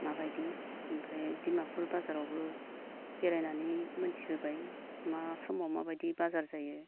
माबायदि ओमफ्राय डिमापुर बाजारावबो बेरायनानै मोनथिबोबाय मा समाव माबायदि बाजार जायो